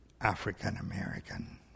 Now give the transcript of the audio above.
African-American